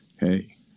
hey